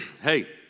Hey